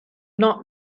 not